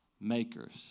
makers